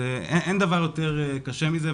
אין דבר יותר קשה מזה.